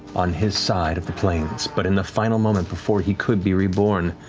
on his side of the planes, but in the final moment before he could be reborn,